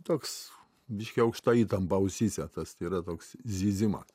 toks biškį aukšta įtampa ausyse tas tai yra toks zyzimą